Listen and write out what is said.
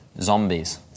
Zombies